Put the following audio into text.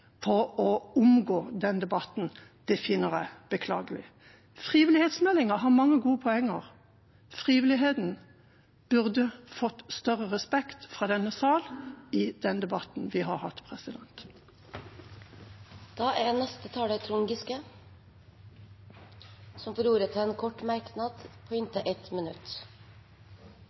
på å omgå debatten, finner jeg beklagelig. Frivillighetsmeldingen har mange gode poeng. Frivilligheten burde fått større respekt fra denne sal i den debatten vi har hatt. Representanten Trond Giske har hatt ordet to ganger tidligere og får ordet til en kort merknad, begrenset til 1 minutt.